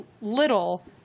little